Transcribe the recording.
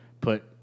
put –